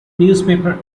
newspaper